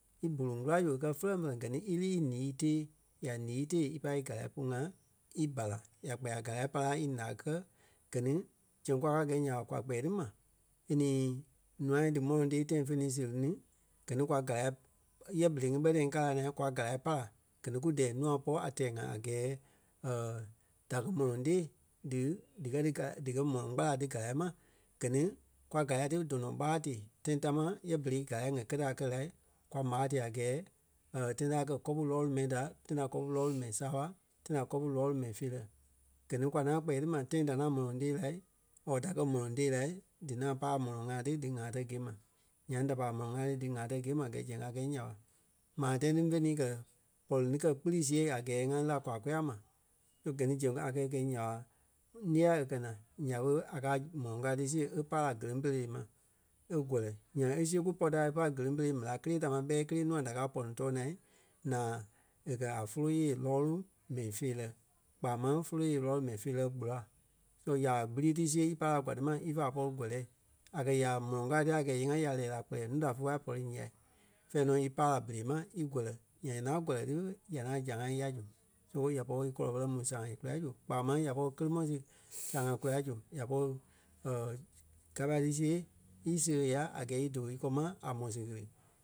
íbuluŋ kula zu a kɛ fulɔŋfulɔŋ gɛ ni ílí í ǹîi tee. Ya ǹîi tee ipai í gára pú ŋa í bara. Ya kpɛɛ a gára pára í ǹá kɛ gɛ ni zɛŋ kwa ka gɛi nya ɓa kwa kpɛɛ ti ma e nii nûa dí mɔlɔŋ tɛɛ tãi fe ni séri ní gɛ ni kwa gára yɛ berei ŋí bɛ tãi ŋí kaa la na kwa gára pára gɛ ni kú dɛɛ nûa pɔ́ a tɛɛ-ŋa a gɛɛ da kɛ̀ mɔlɔŋ tée dí díkɛ gára- díkɛ mɔlɔŋ kpala ti gára ma gɛ ni kwa gára ti tɔnɔ ɓara tee tãi támaa yɛ berei gára ŋa kɛtɛ a kɛ̀ lai kwa m̀âa tee a gɛɛ tãi ta a kɛ kɔpu lɔɔlu mɛi da tãi da kɔpu lɔɔlu mɛi saaɓa, tãi da kɔpu lɔɔlu mɛi feerɛ. Gɛ ni kwa ŋaŋ kpɛɛ ti ma tãi da ŋaŋ mɔlɔŋ tee lai or da kɛ mɔlɔŋ tee la dí ŋaŋ pai a mɔlɔŋ ŋai ti dí ŋa tɛ̀ gîe ma. Nyaŋ da pai a mɔlɔŋ ŋai ti dí ŋa tɛ̀ gîe ma gɛ́ sɛŋ a kɛi nya ɓa maa tãi ti fé ni kɛ̀ pɔri ni kɛ kpiri siɣe a gɛɛ ŋa lí la kwa kôyaa ma. So gɛ ni zɛŋ a kɛɛ kɛi nya ɓa ǹeɣa e kɛ̀ naa nya ɓe a káa mɔlɔŋ kao ti siɣe e pai la kéleŋ pere ma, e gɔ̀lɛ. Nyaŋ e siɣe kúpɔ taai e pai kéleŋ ɓéla kelee ta ma bɛi kelee nûa da káa pɔni too naa, naa e kɛ̀ a fólo yée lɔɔlu mɛi feerɛ kpaa máŋ fólo yée lɔɔlu mɛi feerɛ gbura. So nya ɓa kpiri ti siɣe e pai kwa ti ma ífa pɔri kɔlɛɛ. A kɛ̀ ya ɓa mɔlɔŋ kao ti a kɛ̀ íyee-ŋa ya lɛ́ɛ la kpɛlɛɛ núu da fe pai pɔri yai fɛ̂ɛ nɔ í pai la bere ma í gɔ̀lɛ ya ŋaŋ gɔ̀lɛ ti ya ŋaŋ zãa ya zu. So ya pɔri í kɔlɔ pɛrɛ mu sãa kula zu kpaa máŋ ya pɔri kele Mɔsi sãa kula zu, ya pɔri gapai ti siɣe í seɣe ya a gɛɛ í doo ígɔŋ ma a Mɔsi ɣele.